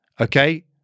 Okay